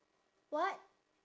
what